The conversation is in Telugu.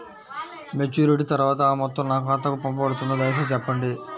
మెచ్యూరిటీ తర్వాత ఆ మొత్తం నా ఖాతాకు పంపబడుతుందా? దయచేసి చెప్పండి?